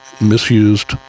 misused